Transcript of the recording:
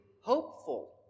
hopeful